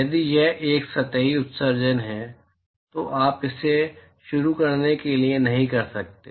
यदि यह एक सतही उत्सर्जन है तो आप इसे शुरू करने के लिए नहीं कर सकते